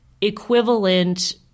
equivalent